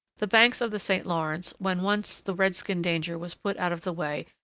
the banks of the st lawrence, when once the redskin danger was put out of the way,